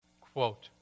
Quote